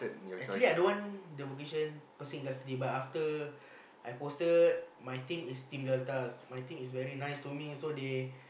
actually I don't want the vocation person custody but after I posted my team is team Deltas my team is very nice to me so they